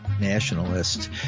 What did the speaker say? nationalist